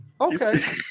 okay